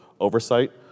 oversight